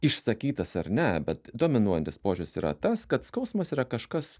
išsakytas ar ne bet dominuojantis požiūris yra tas kad skausmas yra kažkas